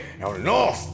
no